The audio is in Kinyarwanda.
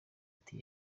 ati